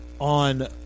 on